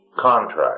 contract